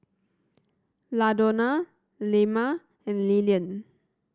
Ladonna Lemma and Lillian